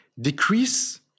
decrease